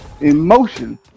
emotion